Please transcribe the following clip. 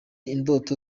indoto